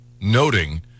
noting